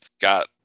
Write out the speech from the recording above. got